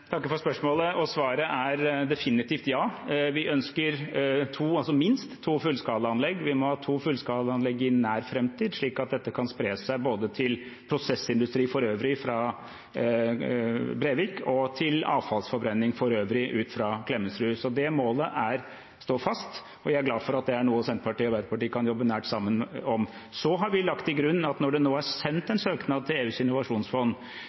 takker for spørsmålet, og svaret er definitivt ja. Vi ønsker minst to fullskalaanlegg. Vi må ha to fullskalaanlegg i nær fremtid, slik at dette kan spre seg til både prosessindustri for øvrig, fra Brevik, og avfallsforbrenning for øvrig, fra Klemetsrud. Det målet står fast, og jeg er glad for at det er noe Senterpartiet og Arbeiderpartiet kan jobbe nært sammen om. Så har vi lagt til grunn at når det nå er sendt en søknad til EUs innovasjonsfond